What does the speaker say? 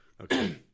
Okay